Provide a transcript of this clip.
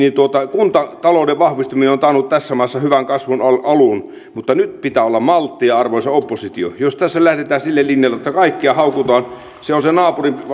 kuntatalouden vahvistuminen on taannut tässä maassa hyvän kasvun alun mutta nyt pitää olla malttia arvoisa oppositio jos tässä lähdetään sille linjalle että kaikkia haukutaan se on se naapurin